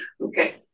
Okay